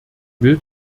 will